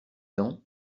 dents